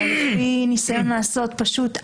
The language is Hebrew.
אלא לפי ניסיון לעשות פשוט אנטי,